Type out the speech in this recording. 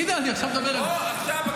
הינה, עכשיו אני